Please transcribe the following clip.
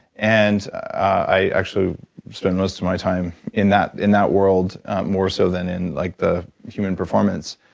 and i actually spent most of my time in that in that world more so than in like the human performance,